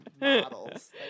models